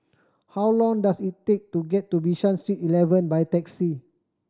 how long does it take to get to Bishan Street Eleven by taxi